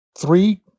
three